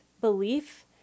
belief